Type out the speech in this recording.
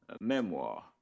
memoir